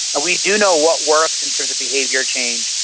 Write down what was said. we do know what works in terms of behaviour change.